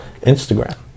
Instagram